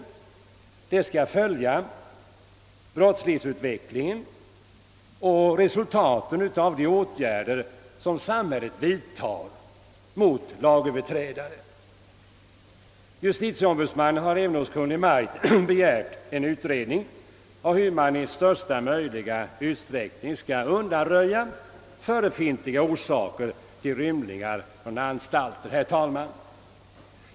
Detta organ skall följa brottslighetsutvecklingen och resultaten av de åtgärder som samhället vidtar mot lagöverträdare. Justitieombudsmannen har även hos Kungl. Maj:t begärt en utredning om hur man i största möjliga utsträckning skall undanröja förefintliga orsaker till rymningar från anstalter. Herr talman!